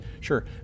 Sure